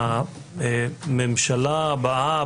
והממשלה הבאה,